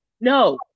No